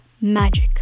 Magic